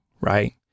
Right